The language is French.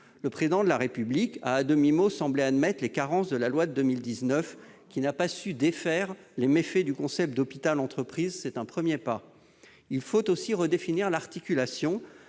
Le Président de la République a, à demi-mot, semblé admettre les carences de la loi de 2019, laquelle n'a pas su défaire les méfaits du concept d'« hôpital-entreprise ». C'est un premier pas. Il faut aussi redéfinir l'articulation